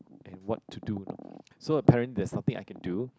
and what to do so apparent there's nothing I can do